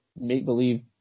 make-believe